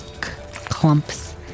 clumps